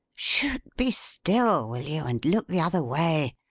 chut! be still, will you and look the other way.